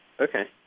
Okay